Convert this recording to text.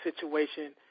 situation